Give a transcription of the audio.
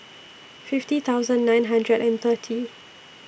fifty thousand nine hundred and thirty